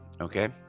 Okay